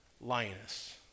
Linus